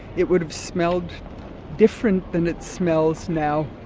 it would have smelled different than it smells now.